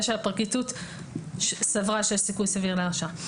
שהפרקליטות סברה שיש סיכוי סביר להרשעה,